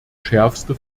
schärfste